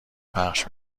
پخش